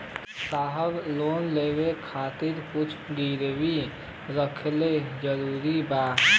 साहब लोन लेवे खातिर कुछ गिरवी रखल जरूरी बा?